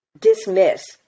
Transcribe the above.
dismiss